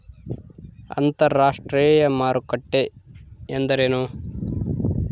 ಅಂತರಾಷ್ಟ್ರೇಯ ಮಾರುಕಟ್ಟೆ ಎಂದರೇನು?